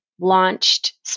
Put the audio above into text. launched